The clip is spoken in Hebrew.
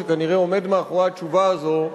שכנראה עומד מאחורי התשובה הזאת,